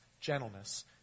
gentleness